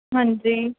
ਹਾਂਜੀ